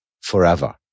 forever